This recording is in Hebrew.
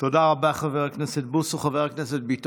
תודה רבה, חבר הכנסת בוסו.